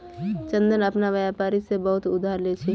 चंदन अपना व्यापारी से बहुत उधार ले छे